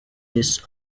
this